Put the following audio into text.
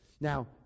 Now